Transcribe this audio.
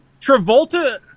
Travolta